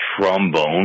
trombone